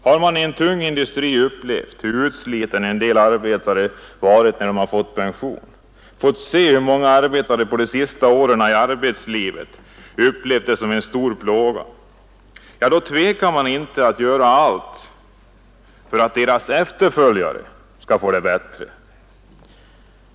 Har man i en tung industri upplevt hur utslitna en del arbetare varit när de fått pension, sett hur många arbetare de sista åren i arbetslivet upplevt arbetet som en stor plåga, då tvekar man inte att göra allt för att deras efterföljare skall få det bättre.